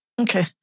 Okay